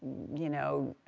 you know,